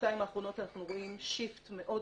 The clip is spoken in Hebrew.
בשנתיים האחרונות אנחנו רואים "שיפט" מאוד